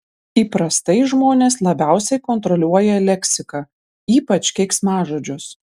įprastai žmonės labiausiai kontroliuoja leksiką ypač keiksmažodžius